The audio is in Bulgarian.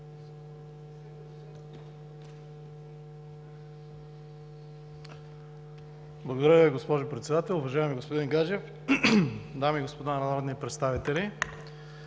Благодаря Ви, госпожо Председател. Уважаеми господин Гаджев, дами и господа народни представители!